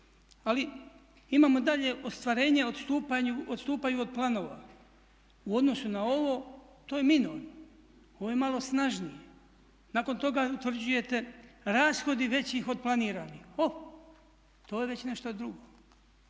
ali imamo dalje ostvarenja odstupaju od planova. U odnosu na ovo to je minorno, ovo je malo snažnije. Nakon toga utvrđujete rashodi većih od planiranih. O, to je već nešto drugo,